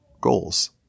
goals